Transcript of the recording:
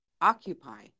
Occupy